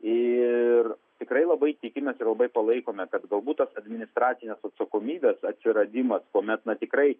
ir tikrai labai tikimės ir labai palaikome kad galbūt tos administracinės atsakomybės atsiradimas kuomet na tikrai